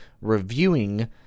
reviewing